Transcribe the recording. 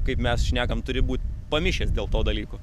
kaip mes šnekam turi būt pamišęs dėl to dalyko